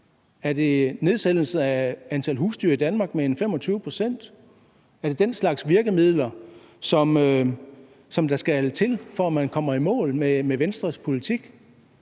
Er det en nedsættelse af antal husdyr i Danmark med omkring 25 pct.? Er det den slags virkemidler, der skal til, for at man kommer i mål med Venstres politik?